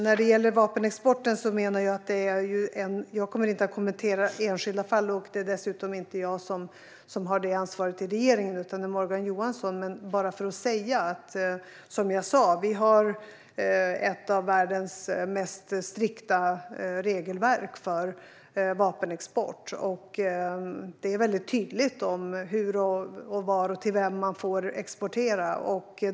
När det gäller vapenexporten kommer jag inte att kommentera enskilda fall. Det är dessutom inte jag som har detta ansvar i regeringen, utan det är Morgan Johansson. Men jag vill ändå säga att vi har ett av världens mest strikta regelverk för vapenexport. Det är mycket tydligt när det gäller hur, var och till vem man får exportera.